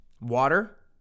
Water